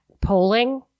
polling